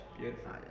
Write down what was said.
Beautiful